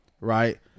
right